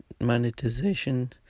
monetization